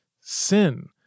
sin